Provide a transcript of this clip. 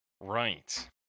Right